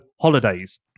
Holidays